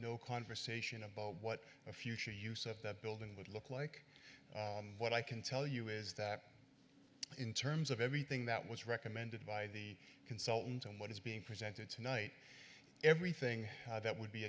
no conversation about what the future use of that building would look like what i can tell you is that in terms of everything that was recommended by the consultant on what is being presented tonight everything that would be